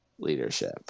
Leadership